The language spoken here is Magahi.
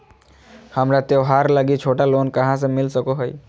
हमरा त्योहार लागि छोटा लोन कहाँ से मिल सको हइ?